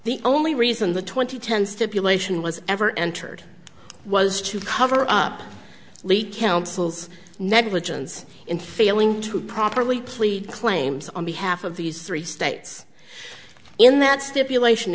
the only reason the twenty ten stipulation was ever entered was to cover up late counsel's negligence in failing to properly plead claims on behalf of these three states in that stipulation